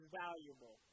valuable